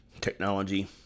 technology